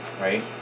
right